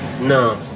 No